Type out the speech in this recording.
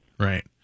Right